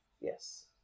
Yes